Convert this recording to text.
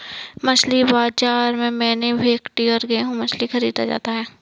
मछली बाजार से मैंने भेंटकी और रोहू मछली खरीदा है